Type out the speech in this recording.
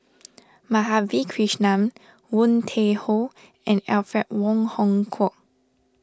Madhavi Krishnan Woon Tai Ho and Alfred Wong Hong Kwok